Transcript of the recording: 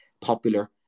popular